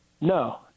No